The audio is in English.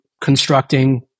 constructing